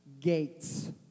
gates